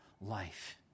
life